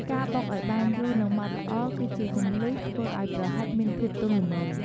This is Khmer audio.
ការបុកឱ្យបានយូរ និងម៉ត់ល្អ គឺជាគន្លឹះធ្វើឱ្យប្រហិតមានភាពទន់ល្មើយ។